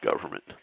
government